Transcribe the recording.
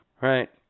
right